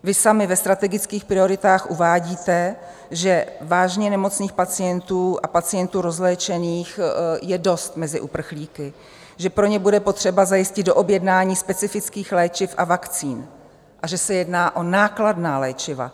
Vy sami ve strategických prioritách uvádíte, že vážně nemocných pacientů a pacientů rozléčených je dost mezi uprchlíky, že pro ně bude potřeba zajistit doobjednání specifických léčiv a vakcín a že se jedná o nákladná léčiva.